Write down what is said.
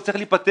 זה צריך להיפתר.